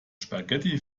spaghetti